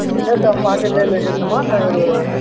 ठीक है तो हम आकर ले लेंगे सामान और